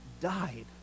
Died